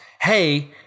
hey